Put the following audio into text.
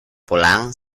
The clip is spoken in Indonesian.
pulang